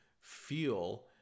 feel